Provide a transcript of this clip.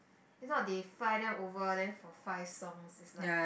if not they fly them over then for five songs is like